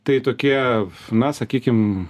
tai tokie na sakykim